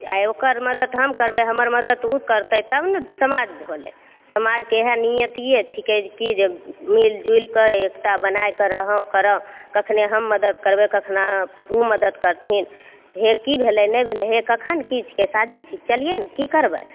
आइ ओकर मदति हम करबै हमर मदति ओ करतै तब ने समाज होलै समाजके इएह नियतिए छिकै कि जे मिलिजुलिके एकता बनैके रहबऽ करबऽ कखनहु हम मदति करबै कखनहु ओ मदद करथिन हे कि भेलै नहि भेलै हे कखन कि छिकै शादी छी चलिए ने कि करबै